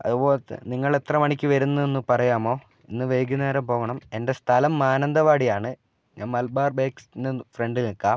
അതുപോലെ തന്നെ നിങ്ങൾ എത്ര മണിക്ക് വരുന്നു എന്ന് പറയാമോ ഇന്ന് വൈകുന്നേരം പോകണം എൻ്റെ സ്ഥലം മാനന്തവാടി ആണ് മലബാർ ബാക്സ്ൻ്റെ ഫ്രണ്ടിൽ നിൽക്കാം